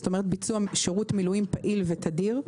זאת אומרת ביצוע שירות מילואים פעיל ותדיר.